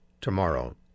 tomorrow